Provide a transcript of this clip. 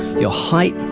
your height,